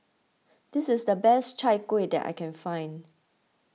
this is the best Chai Kueh that I can find